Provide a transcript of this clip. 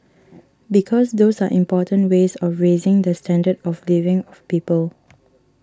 because those are important ways of raising the standard of living of people